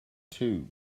two